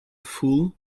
fool